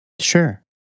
Sure